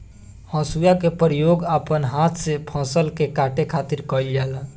हसुआ के प्रयोग अपना हाथ से फसल के काटे खातिर कईल जाला